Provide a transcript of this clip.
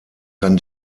kann